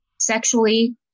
sexually